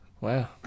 wow